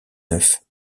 neuf